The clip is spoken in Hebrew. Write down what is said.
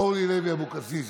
אורלי לוי אבקסיס,